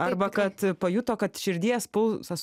arba kad pajuto kad širdies pulsas